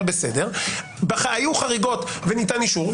אבל בסדר, היו חריגות וניתן אישור.